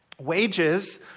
wages